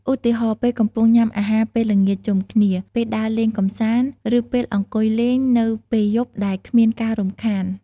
ឧទាហរណ៍ ពេលកំពុងញ៉ាំអាហារពេលល្ងាចជុំគ្នា ពេលដើរលេងកម្សាន្ត ឬពេលអង្គុយលេងនៅពេលយប់ដែលគ្មានការរំខាន។